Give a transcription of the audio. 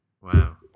Wow